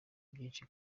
byinshi